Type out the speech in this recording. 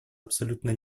абсолютно